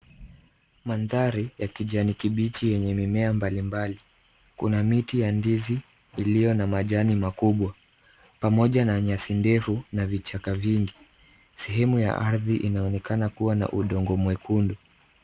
Mandhari ya kijani kibichi yenye mimea mbali mbali. Kuna miti ya ndizi iliyo na majani makubwa pamoja na nyasi ndefu na vichaka vingi. Sehemu ya ardhi inaonekana kuwa na udongo mwekundu.